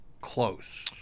close